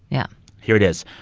yeah here it is.